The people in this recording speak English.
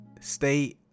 stay